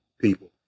people